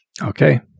Okay